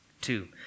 Two